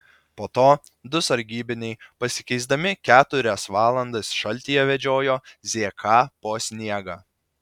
po to du sargybiniai pasikeisdami keturias valandas šaltyje vedžiojo zk po sniegą